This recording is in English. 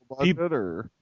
people